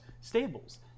stables